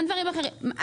גם דברים אחרים.